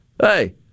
Hey